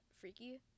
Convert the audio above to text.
Freaky